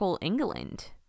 England